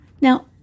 Now